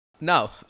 Now